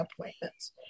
appointments